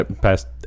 past